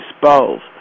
disposed